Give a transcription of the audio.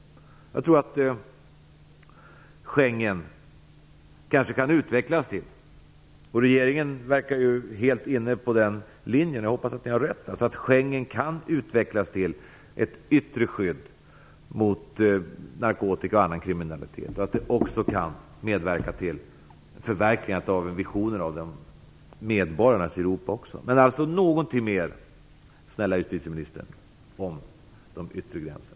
Jag tror att Schengensamarbetet kanske - regeringen verkar ju helt inne på den linjen, och jag hoppas att ni har rätt - kan utvecklas till ett yttre skydd mot narkotika och annan kriminalitet, och att det även kan medverka till förverkligandet av visionen om medborgarnas Europa. Alltså: någonting mer om de yttre gränserna, snälla justitieministern!